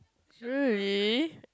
really